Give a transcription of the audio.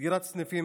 סגירת סניפים,